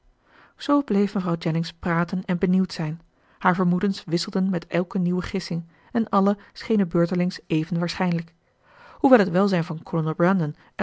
zoo bleef mevrouw jennings praten en benieuwd zijn haar vermoedens wisselden met elke nieuwe gissing en alle schenen beurtelings even waarschijnlijk hoewel het welzijn van kolonel brandon